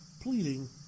pleading